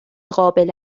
قابل